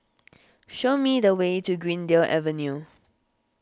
show me the way to Greendale Avenue